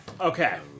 Okay